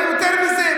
אתם יותר מזה.